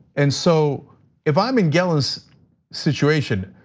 and so if i'm in gelin's situation,